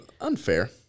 unfair